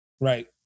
Right